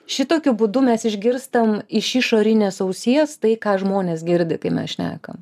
šitokiu būdu mes išgirstam iš išorinės ausies tai ką žmonės girdi kai mes šnekam